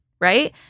right